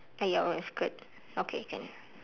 ah ya orange skirt okay can